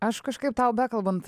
aš kažkaip tau bekalbant